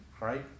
right